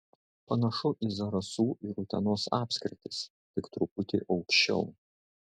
panašu į zarasų ir utenos apskritis tik truputį aukščiau